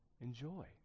enjoy